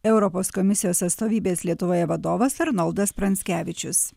europos komisijos atstovybės lietuvoje vadovas arnoldas pranckevičius